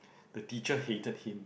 the teacher hated him